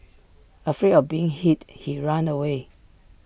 afraid of being hit he ran away